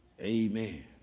Amen